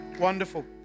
Wonderful